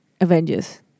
Avengers